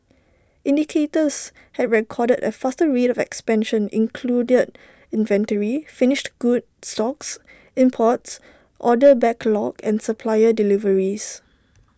indicators had recorded A faster rate of expansion included inventory finished goods stocks imports order backlog and supplier deliveries